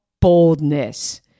boldness